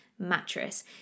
mattress